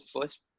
first